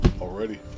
Already